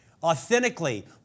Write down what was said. authentically